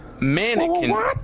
mannequin